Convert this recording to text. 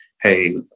hey